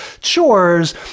chores